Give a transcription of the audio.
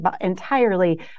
entirely